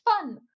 fun